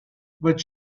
but